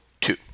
two